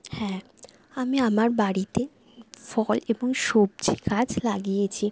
হ্যাঁ আমি আমার বাড়িতে ফল এবং সবজি গাছ লাগিয়েছি